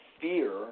fear